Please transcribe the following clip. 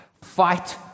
Fight